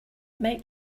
might